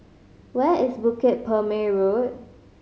where is Bukit Purmei Road